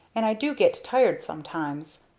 and i do get tired sometimes.